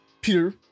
Peter